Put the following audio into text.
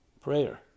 prayer